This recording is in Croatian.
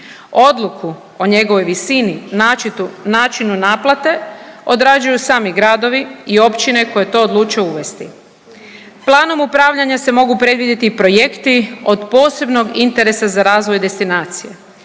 Odluku o njegovoj visini, načitu, načinu naplate odrađuju sami gradovi i općine koje to odluče uvesti. Planom upravljanja se mogu predvidjeti i projekti od posebnog interesa za razvoj destinacije,